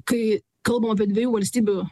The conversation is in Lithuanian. kai kalbam apie dviejų valstybių